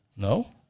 No